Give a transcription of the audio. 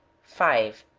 five.